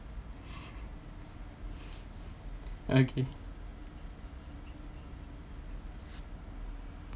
okay